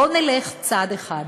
בואו נלך צעד אחד,